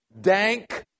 dank